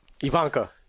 Ivanka